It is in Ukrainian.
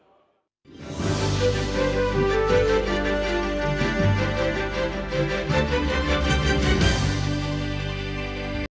Дякую